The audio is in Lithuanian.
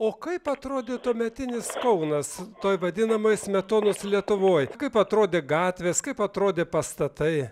o kaip atrodė tuometinis kaunas toj vadinamoj smetonos lietuvoj kaip atrodė gatvės kaip atrodė pastatai